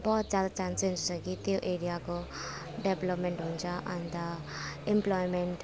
बहुत ज्यादा चान्सेस् छ कि त्यो एरियाको डेभ्लोपमेन्ट हुन्छ अन्त एम्प्लोइमेन्ट